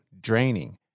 draining